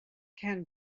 can